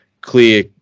clear